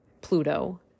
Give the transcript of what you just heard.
Pluto